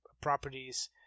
properties